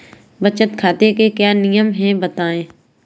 बचत खाते के क्या नियम हैं बताएँ?